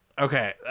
Okay